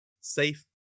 Safe